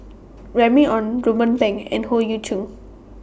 Remy Ong Ruben Pang and Howe Yoon Chong